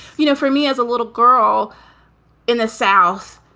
you know, for me as a little girl in the south,